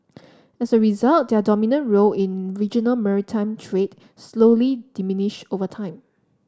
as a result their dominant role in regional maritime trade slowly diminished over time